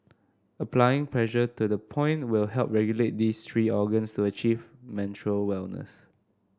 applying pressure to the point will help regulate these three organs to achieve menstrual wellness